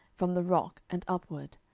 from the rock, and upward.